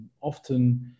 often